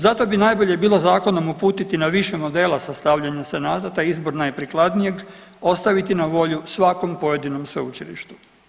Zato bi najbolje bilo zakonom uputiti na više modela sastavljanja senata, te izbor najprikladnijeg ostaviti na volju svakom pojedinom sveučilištu.